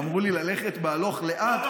ואמרו לי ללכת בהלוך לאט,